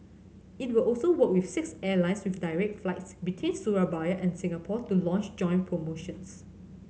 it will also work with six airlines with direct flights between Surabaya and Singapore to launch joint promotions